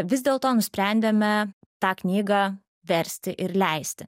vis dėlto nusprendėme tą knygą versti ir leisti